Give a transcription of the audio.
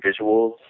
visuals